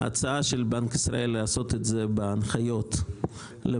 ההצעה של בנק ישראל לעשות את זה בהנחיות לבנקים